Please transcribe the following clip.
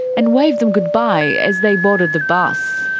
and waved them goodbye as they boarded the bus.